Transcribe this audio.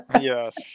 Yes